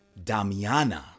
Damiana